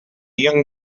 young